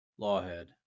lawhead